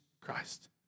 Christ